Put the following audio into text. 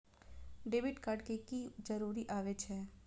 Debit card के की जरूर आवे छै?